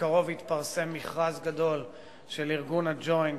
בקרוב יתפרסם מכרז גדול של ארגון ה"ג'וינט"